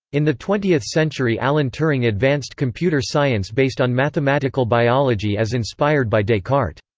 in the twentieth century alan turing advanced computer science based on mathematical biology as inspired by descartes.